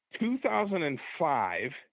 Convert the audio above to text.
2005